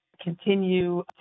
continue